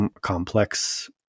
complex